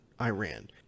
Iran